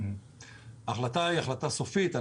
ההחלטה היא החלטה סופית.